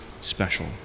special